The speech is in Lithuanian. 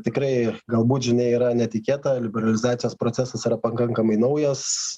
tikrai galbūt žinia yra netikėta liberalizacijos procesas yra pakankamai naujas